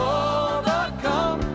overcome